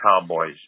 Cowboys